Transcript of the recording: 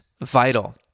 vital